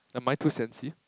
am I too sensi